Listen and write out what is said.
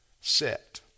set